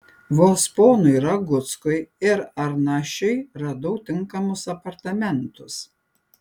vos ponui raguckui ir arnašiui radau tinkamus apartamentus